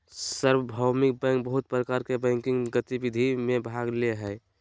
सार्वभौमिक बैंक बहुत प्रकार के बैंकिंग गतिविधि में भाग ले हइ